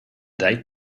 date